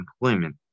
employment